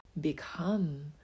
become